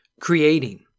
creating